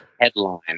headline